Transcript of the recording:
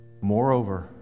Moreover